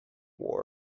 war